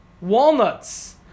Walnuts